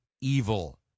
evil